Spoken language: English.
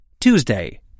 Tuesday